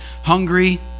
Hungry